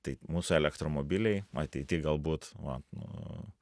tai mūsų elektromobiliai ateity galbūt va nu